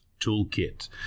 toolkit